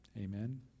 Amen